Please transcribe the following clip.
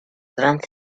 vingt